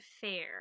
fair